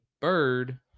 bird